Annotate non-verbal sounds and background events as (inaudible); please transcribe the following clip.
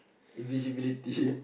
invisibility (laughs)